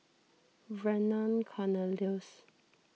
Vernon Cornelius